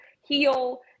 heal